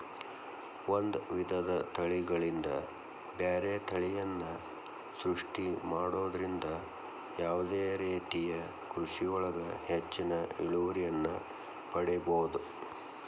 ಒಂದ್ ವಿಧದ ತಳಿಗಳಿಂದ ಬ್ಯಾರೆ ತಳಿಯನ್ನ ಸೃಷ್ಟಿ ಮಾಡೋದ್ರಿಂದ ಯಾವದೇ ರೇತಿಯ ಕೃಷಿಯೊಳಗ ಹೆಚ್ಚಿನ ಇಳುವರಿಯನ್ನ ಪಡೇಬೋದು